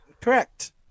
Correct